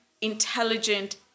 intelligent